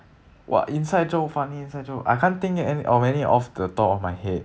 what inside joke funny inside joke I can't think it any of any of the top of my head